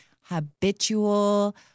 habitual